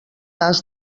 has